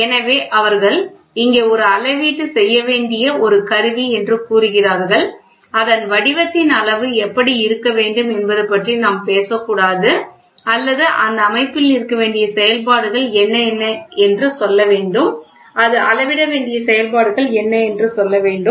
எனவே அவர்கள் இங்கே ஒரு அளவீட்டு செய்ய வேண்டிய ஒரு கருவி என்று கூறுகிறார்கள் அதன் வடிவத்தின் அளவு எப்படி இருக்க வேண்டும் என்பது பற்றி நாம் பேசக்கூடாது அல்லது அந்த அமைப்பில் இருக்க வேண்டிய செயல்பாடுகள் என்ன என்ன என்று சொல்ல வேண்டும் அது அளவிட வேண்டிய செயல்பாடுகள் என்ன என்று சொல்ல வேண்டும்